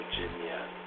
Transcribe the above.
Virginia